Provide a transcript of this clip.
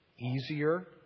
easier